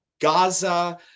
Gaza